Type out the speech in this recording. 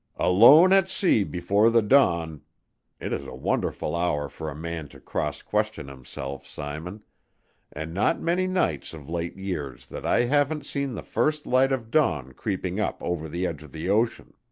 alone at sea before the dawn it is a wonderful hour for a man to cross-question himself, simon and not many nights of late years that i haven't seen the first light of dawn creeping up over the edge of the ocean.